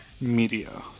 Media